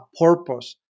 purpose